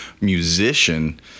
musician